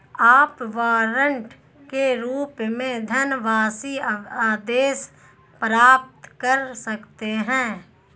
आप वारंट के रूप में धनवापसी आदेश प्राप्त कर सकते हैं